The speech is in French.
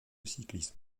cyclisme